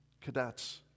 cadets